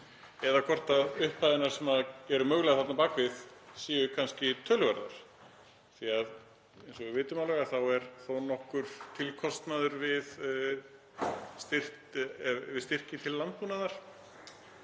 eða hvort upphæðirnar sem eru mögulega þarna á bak við séu kannski töluverðar, því að eins og við vitum alveg er þó nokkur tilkostnaður við styrki til landbúnaðar.